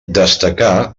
destacà